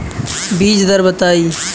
बीज दर बताई?